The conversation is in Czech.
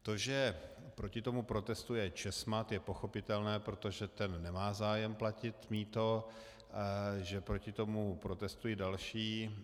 To, že proti tomu protestuje ČESMADo je pochopitelné, protože ten nemá zájem platit mýto, že proti tomu protestují další...